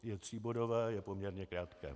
Je tříbodové, je poměrně krátké.